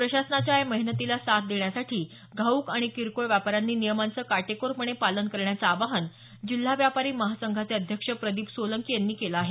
प्रशासनाच्या या मेहनतीला साथ देण्यासाठी घाऊक आणि किरकोळ व्यापाऱ्यांनी नियमांचं काटेकोरपणे पालन करण्याचं आवाहन जिल्हा व्यापारी महासंघाचे अध्यक्ष प्रदीप सोलंकी यांनी केलं आहे